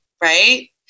right